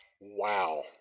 Wow